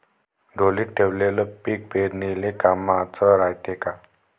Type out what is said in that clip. ढोलीत ठेवलेलं पीक पेरनीले कामाचं रायते का?